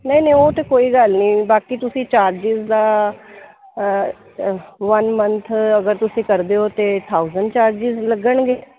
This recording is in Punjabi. ਨਹੀਂ ਨਹੀਂ ਉਹ ਅਤੇ ਕੋਈ ਗੱਲ ਨਹੀਂ ਬਾਕੀ ਤੁਸੀਂ ਚਾਰਜਿਜ ਦਾ ਵਨ ਮੰਥ ਅਗਰ ਤੁਸੀਂ ਕਰਦੇ ਹੋ ਅਤੇ ਥਾਊਸੈਂਡ ਚਾਰਜਿਸ ਲੱਗਣਗੇ